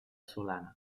solana